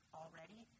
already